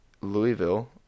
Louisville